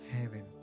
heaven